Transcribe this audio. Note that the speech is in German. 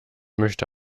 möchte